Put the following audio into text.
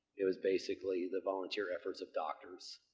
it was basically the volunteer efforts of doctors,